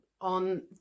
on